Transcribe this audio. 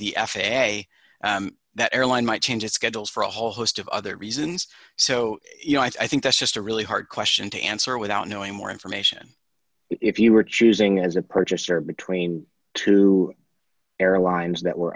a that airline might change its schedules for a whole host of other reasons so you know i think that's just a really hard question to answer without knowing more information if you were choosing as a purchaser between two airlines that were